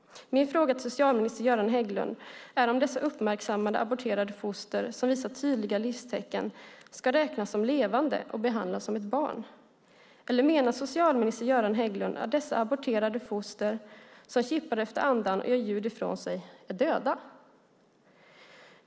Min fråga till socialminister Göran Hägglund är om dessa uppmärksammade aborterade foster som visar tydliga livstecken ska räknas som levande och behandlas som barn. Eller menar socialminister Göran Hägglund att dessa aborterade foster som kippar efter andan och ger ljud ifrån sig är döda?